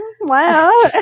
Wow